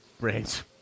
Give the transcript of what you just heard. brains